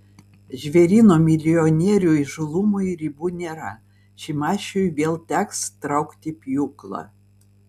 žvėryno milijonierių įžūlumui ribų nėra šimašiui vėl teks traukti pjūklą